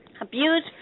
abuse